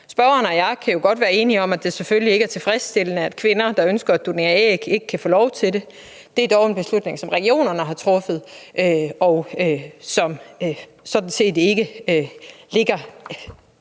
Spørgeren og jeg kan jo godt være enige om, at det selvfølgelig ikke er tilfredsstillende, at kvinder, der ønsker at donere æg, ikke kan få lov til det. Det er dog en beslutning, som regionerne har truffet, og som sådan set ikke bunder